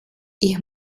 ich